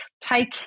take